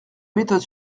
méthode